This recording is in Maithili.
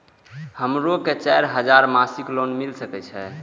हमरो के चार हजार मासिक लोन मिल सके छे?